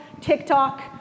TikTok